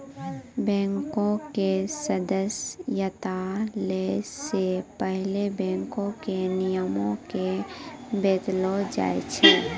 बैंको के सदस्यता लै से पहिले बैंको के नियमो के बतैलो जाय छै